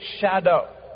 shadow